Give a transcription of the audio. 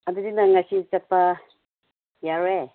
ꯑꯗꯨꯗꯤ ꯅꯪ ꯉꯁꯤ ꯆꯠꯄ ꯌꯥꯔꯣꯏꯌꯦ